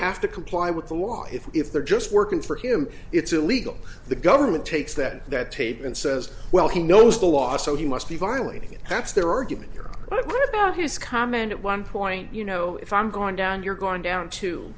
have to comply with the law if if they're just working for him it's illegal the government takes that that tape and says well he knows the law so he must be violating it that's their argument here but what about his comment at one point you know if i'm going down you're going down to